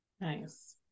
Nice